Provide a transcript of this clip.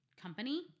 company